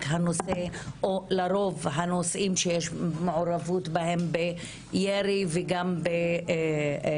או לרוב הנושאים שיש בהם מעורבות ירי ורצח.